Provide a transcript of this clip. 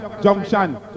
Junction